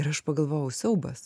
ir aš pagalvojau siaubas